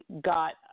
got